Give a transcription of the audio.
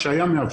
כאשר הים מאפשר,